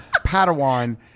Padawan